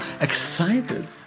excited